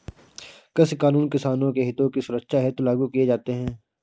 कृषि कानून किसानों के हितों की सुरक्षा हेतु लागू किए जाते हैं